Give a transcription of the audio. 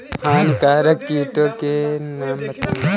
हानिकारक कीटों के नाम बताएँ?